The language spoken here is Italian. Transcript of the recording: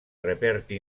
reperti